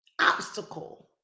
obstacle